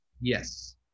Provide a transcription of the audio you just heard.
yes